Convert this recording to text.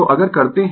तो अगर करते है